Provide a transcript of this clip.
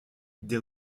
des